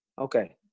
Okay